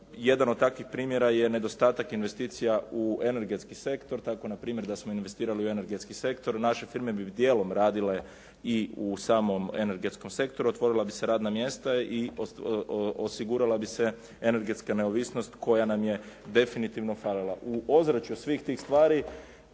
Jedan od takvih primjera je nedostatak investicija u energetski sektor, tako npr. da smo investirali u energetski sektor naše firme bi dijelom radile i u samom energetskom sektoru, otvorila bi se radna mjesta i osigurala bi se energetska neovisnost koja nam je definitivno falila. U ozračju svih tih stvari